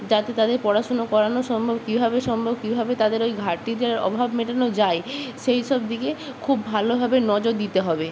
যাতে তাদের পড়াশুনো করানো সম্ভব কীভাবে সম্ভব কীভাবে তাদের ওই ঘাটতিটার অভাব মেটানো যায় সেই সব দিকে খুব ভালোভাবে নজর দিতে হবে